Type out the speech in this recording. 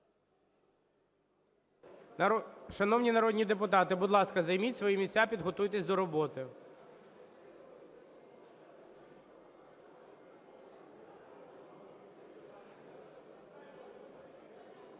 Шановні народні депутати, будь ласка, займіть свої місця, підготуйтесь до роботи.